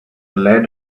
lead